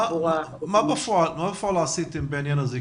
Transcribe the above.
מה בפועל עשיתם בעניין הזה?